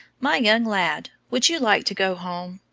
my young lad, would you like to go home?